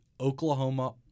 Oklahoma